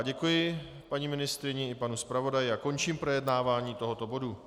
Děkuji paní ministryni i panu zpravodaji a končím projednávání tohoto bodu.